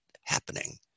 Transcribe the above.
happening